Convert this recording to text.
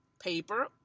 paper